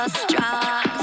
strong